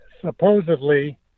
supposedly